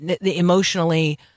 Emotionally